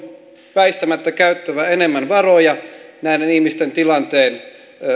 väistämättä käytettävä enemmän varoja näiden ihmisten tilanteen